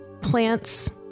plants